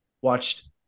watched